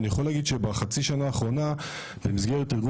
אני יכול להגיד שבחצי השנה האחרונה במסגרת איגוד